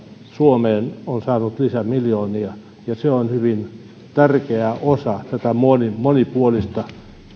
suomeen on saanut lisämiljoonia ja se on hyvin tärkeä osa tätä